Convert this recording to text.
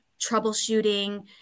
troubleshooting